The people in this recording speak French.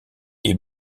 est